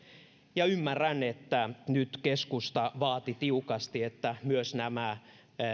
ymmärrän että nyt keskusta vaati tiukasti että nämä